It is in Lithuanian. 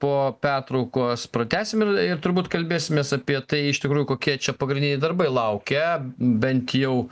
po pertraukos pratęsim ir ir turbūt kalbėsimės apie tai iš tikrųjų kokie čia pagrindiniai darbai laukia bent jau